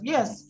Yes